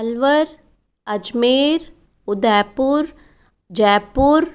Alwar Ajmer Udaipur Jaipur